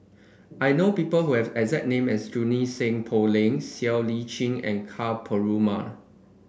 I know people who have exact name as Junie Sng Poh Leng Siow Lee Chin and Ka Perumal